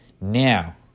Now